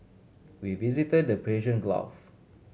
we visited the Persian Gulf